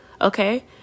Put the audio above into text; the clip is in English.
okay